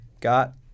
got